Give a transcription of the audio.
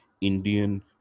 Indian